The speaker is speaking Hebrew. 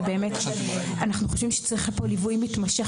אנחנו חושבים שצריך ליווי מתמשך.